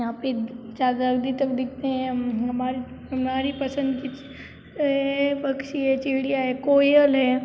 यहाँ पर ज़्यादा तक दिखते हैं हमारी हमारी पसंद के ये पक्षी है चिड़िया है कोयल है